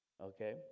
okay